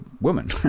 woman